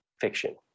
fiction